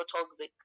toxic